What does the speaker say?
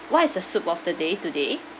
what is the soup of the day today